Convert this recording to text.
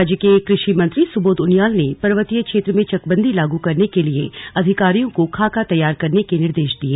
राज्य के कृषि मंत्री सुबोध उनियाल ने पर्वतीय क्षेत्र में चकबंदी लागू करने के लिए अधिकारियों को खाका तैयार करने के निर्देश दिए